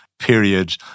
Period